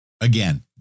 Again